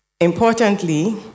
Importantly